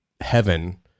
heaven